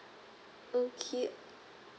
okay